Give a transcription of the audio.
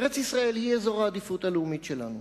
ארץ-ישראל היא אזור העדיפות הלאומית שלנו.